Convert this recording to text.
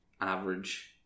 average